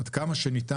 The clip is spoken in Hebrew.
עד כמה שניתן,